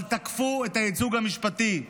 אבל תקפו את הייצוג המשפטי.